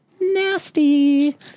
nasty